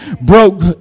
broke